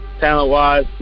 talent-wise